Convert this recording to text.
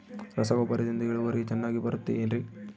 ರಸಗೊಬ್ಬರದಿಂದ ಇಳುವರಿ ಚೆನ್ನಾಗಿ ಬರುತ್ತೆ ಏನ್ರಿ?